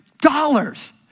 dollars